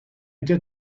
did